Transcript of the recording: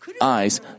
eyes